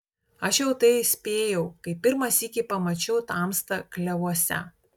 aš jau tai įspėjau kai pirmą sykį pamačiau tamstą klevuose